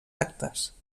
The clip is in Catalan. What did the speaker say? actes